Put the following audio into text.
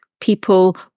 people